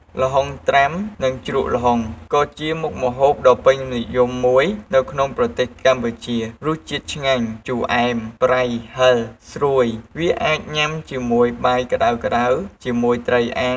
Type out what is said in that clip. ល្ហុងត្រាំនិងជ្រក់ល្ហុង ក៏ជាមុខម្ហូបដ៏ពេញនិយមមួយនៅក្នុងប្រទេសកម្ពុជារសជាតិឆ្ងាញ់ ជូរអែម ប្រៃ ហិរ ស្រួយវាអាចញ៉ាំជាមួយបាយក្តៅៗ ជាមួយត្រីអាំង ឬសាច់អាំង បានទៀតផង។